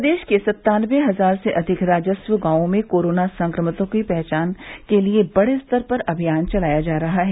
प्रदेश के सत्तानबे हजार से अधिक राजस्व गांवों में कोरोना संक्रमितों की पहचान के लिये बड़े स्तर पर अभियान चलाया जा रहा है